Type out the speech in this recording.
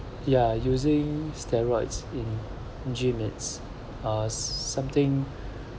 ya using steroids in gym it's uh something